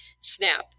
snap